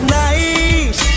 nice